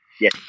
Yes